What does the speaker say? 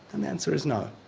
um answer is no.